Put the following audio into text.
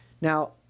Now